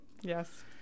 Yes